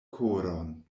koron